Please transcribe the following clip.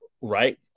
right